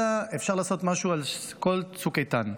אלא אפשר לעשות משהו על כל צוק איתן.